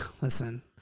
listen